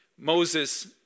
Moses